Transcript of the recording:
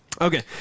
Okay